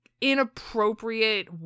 inappropriate